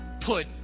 put